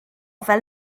fel